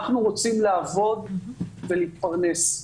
אנחנו רוצים לעבוד ולהתפרנס.